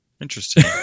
Interesting